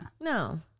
No